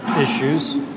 issues